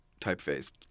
typeface